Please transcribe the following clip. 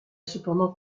cependant